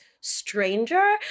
stranger